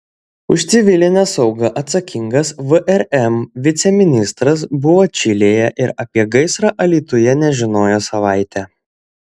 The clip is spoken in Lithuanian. už civilinę saugą atsakingas vrm viceministras buvo čilėje ir apie gaisrą alytuje nežinojo savaitę